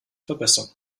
verbessern